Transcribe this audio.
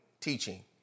teaching